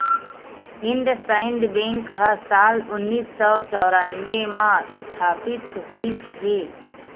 IndusInd bank ह साल उन्नीस सौ चैरानबे म इस्थापित होइस हे